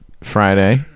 Friday